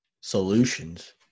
Solutions